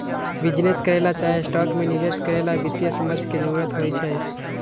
business करे ला चाहे स्टॉक में निवेश करे ला वित्तीय समझ के जरूरत होई छई